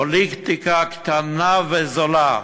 פוליטיקה קטנה וזולה.